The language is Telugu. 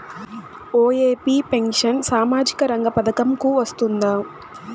ఒ.ఎ.పి పెన్షన్ సామాజిక రంగ పథకం కు వస్తుందా?